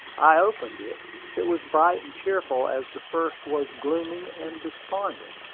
i opened it it was bright and cheerful as the first was gloomy and despondent.